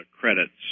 credits